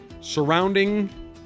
Surrounding